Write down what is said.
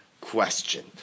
question